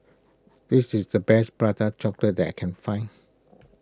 this is the best Prata Chocolate that I can find